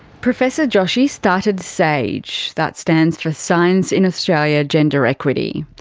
professor joshi started sage, that stands for science in australia gender equity.